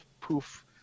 poof